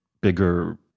bigger